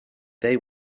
they